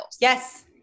Yes